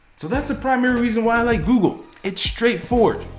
so that's the primary reason why i like google. it's straight forward.